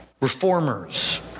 reformers